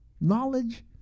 knowledge